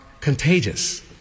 contagious